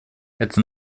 это